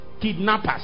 kidnappers